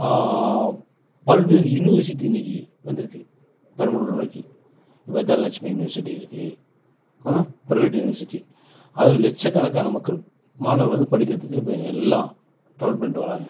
பல்வேறு யுனிவர்சிட்டி இன்றைக்கி வந்திருக்கு பெரம்பலூர் நோக்கி இப்போ தனலட்சுமி யுனிவர்சிட்டியிருக்கு ப்ரைவேட் யுனிவர்சிட்டி அதுவும் லட்சக்கணக்கான மக்கள் மாணவர்கள் வந்து படிக்கிறதுக்கு இப்போ எல்லாம் டோல் பண்ணிவிட்டு வர்றாங்க